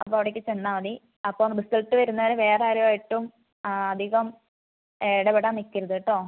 അപ്പോൾ അവിടേക്ക് ചെന്നാൽ മതി അപ്പോൾ റിസൾട്ട് വരുന്നത് വരെ വേറെ ആരുമായിട്ടും അധികം ഇടപെടാൻ നിൽക്കരുത് കെട്ടോ